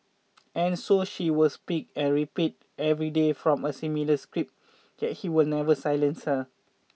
and so she will speak and repeat every day from a similar script can he will never silence her